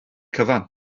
cyfan